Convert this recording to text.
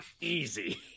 easy